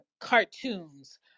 cartoons